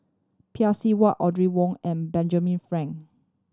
Seng Whatt Audrey Wong and Benjamin Frank